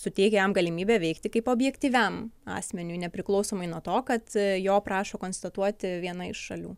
suteikia jam galimybę veikti kaip objektyviam asmeniui nepriklausomai nuo to kad jo prašo konstatuoti viena iš šalių